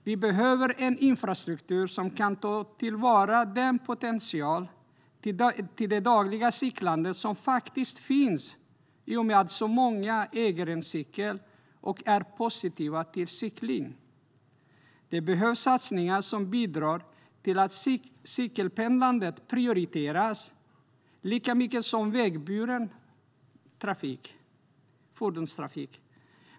Vi behöver en infrastruktur som kan ta till vara den potential för dagligt cyklande som finns i och med att så många äger en cykel och är positiva till cykling. Det behövs satsningar som bidrar till att cykelpendlandet prioriteras lika mycket som vägburen fordonstrafik.